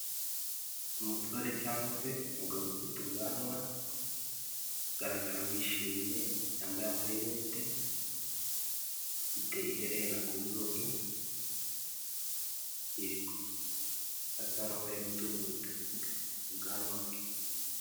Umusore cyangwa se umugabo ufite ubwanwa ugaragara wishimye, yambaye amarinete, ufite iherena ku zuru, yego, asa nk'aho ari gutunga urutoki ubwanwa bwe.